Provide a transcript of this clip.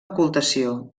ocultació